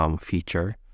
feature